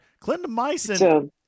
clindamycin